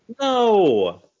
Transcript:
No